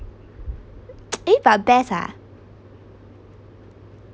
eh but best ah